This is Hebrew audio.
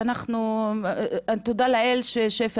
אז תודה לאל שפי,